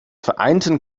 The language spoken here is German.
vereinten